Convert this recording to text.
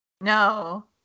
No